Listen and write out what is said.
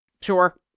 Sure